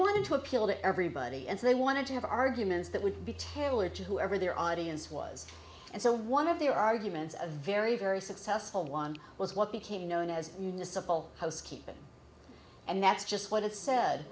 want to appeal to everybody and so they wanted to have arguments that would be tailored to whoever their audience was and so one of their arguments a very very successful one was what became known as municipal housekeeping and that's just what it said